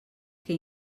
que